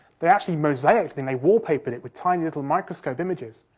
they actually mosaic they wallpapered it with tiny little microscope images.